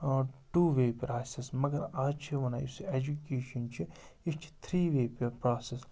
two way process مگر آز چھِ وَنان یُس یہِ ایجوکیشَن چھِ یہِ چھِ تھری وے پی پراسیٚس